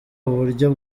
uburyo